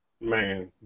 Man